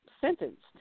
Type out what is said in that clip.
sentenced